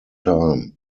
time